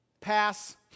pass